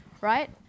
right